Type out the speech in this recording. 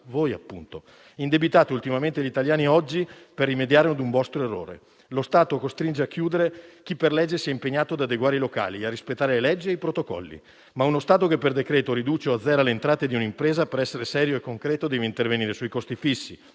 voi, appunto. Indebitate ultimamente gli italiani oggi per rimediare a un vostro errore; lo Stato costringe a chiudere chi per legge si è impegnato ad adeguare i locali e a rispettare le leggi e i protocolli. Ma uno Stato che per decreto riduce o azzera le entrate di un'impresa, per essere serio e concreto deve intervenire sui costi fissi: